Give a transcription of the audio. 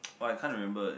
!wah! I can't remember eh